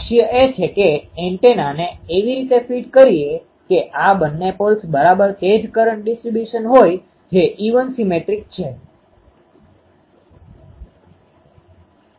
લક્ષ્ય એ છે કે એન્ટેનાને એવી રીતે ફીડ કરીએ કે આ બંને પોલ્સ બરાબર તે જ કરંટ ડીસ્ટ્રીબયુંસન હોય જે ઇવનevenસમાન સીમેટ્રિક છે